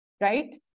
right